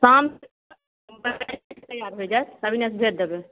शाम तक बनिके तैयार होइ जायत तब इन्ने से भेज देबै